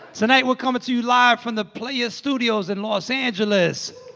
tonight, we're coming to you live from the playa studios in los angeles